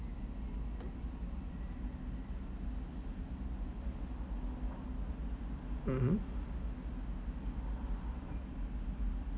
mmhmm